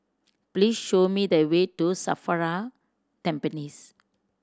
please show me the way to SAFRA Tampines